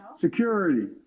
security